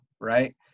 right